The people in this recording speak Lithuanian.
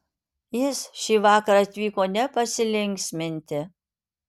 jis šįvakar atvyko ne pasilinksminti